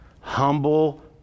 humble